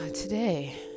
today